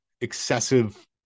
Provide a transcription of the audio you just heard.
excessive